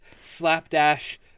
slapdash